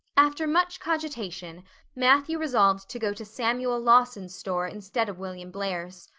after much cogitation matthew resolved to go to samuel lawson's store instead of william blair's.